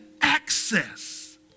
access